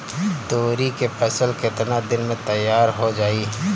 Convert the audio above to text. तोरी के फसल केतना दिन में तैयार हो जाई?